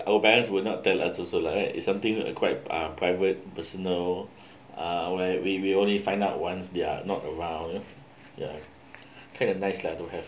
our parents will not tell us also lah right it's something uh quite uh private personal uh where we we will only find out once they are not a !wow! ya quite a nice lah don't have